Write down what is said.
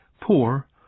poor